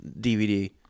DVD